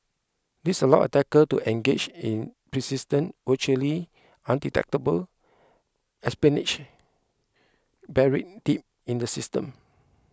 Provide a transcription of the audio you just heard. this allows attackers to engage in persistent virtually undetectable espionage buried deep in the system